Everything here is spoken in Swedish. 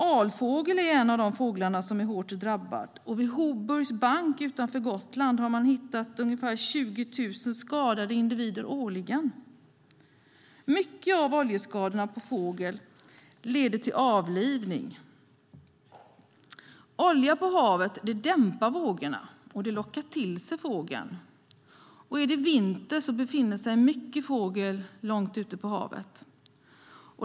Alfågel är en av de fåglar som är hårt drabbad, och vid Hoburgsbanken utanför Gotland har man hittat ungefär 20 000 skadade individer årligen. Mycket av oljeskadorna på fågel leder till avlivning. Olja på havet dämpar vågorna och lockar till sig fågel. Är det vinter befinner sig dessutom mycket fågel långt ute på havet.